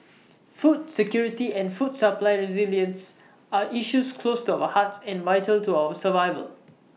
food security and food supply resilience are issues close to our hearts and vital to our survival